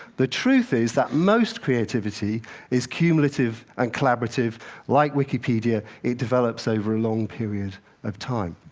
the truth is that most creativity is cumulative and collaborative like wikipedia, it develops over a long period of time.